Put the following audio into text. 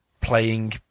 playing